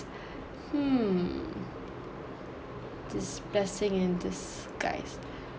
hmm this blessing in disguise